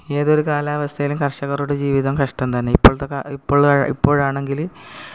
ഏതൊരു കാലാവസ്ഥയിലും കർഷകരുടെ ജീവിതം കഷ്ടം തന്നെ ഇപ്പോഴത്തെ കാ ഇപ്പോൾ ഇപ്പൊഴാണെങ്കിൽ